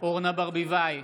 אורנה ברביבאי,